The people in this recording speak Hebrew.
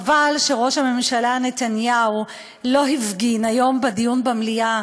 חבל שראש הממשלה נתניהו לא הפגין היום בדיון במליאה